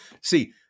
See